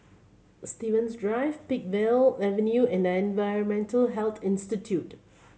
Stevens Drive Peakville Avenue and Environmental Health Institute